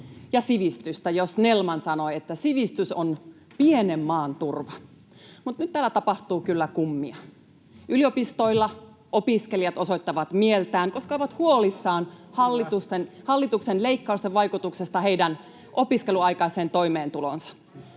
ja sivistystä. Jo Snellman sanoi, että sivistys on pienen maan turva. Mutta nyt täällä tapahtuu kyllä kummia. Yliopistoilla opiskelijat osoittavat mieltään, koska ovat huolissaan hallituksen leikkausten vaikutuksesta heidän opiskeluaikaiseen toimeentuloonsa.